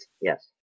yes